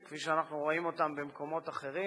כפי שאנחנו רואים אותם במקומות אחרים.